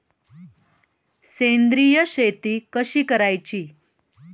सेंद्रिय शेती कशी करायची?